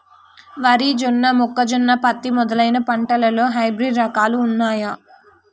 వరి జొన్న మొక్కజొన్న పత్తి మొదలైన పంటలలో హైబ్రిడ్ రకాలు ఉన్నయా?